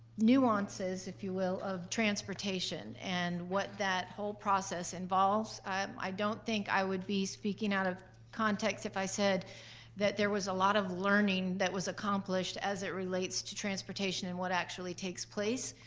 nuances, if you will, of transportation and what that whole process involves. um i don't think i would be speaking out of context if i said that there was a lot of learning that was accomplished as it relates to transportation and what actually takes place.